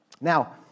Now